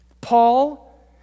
Paul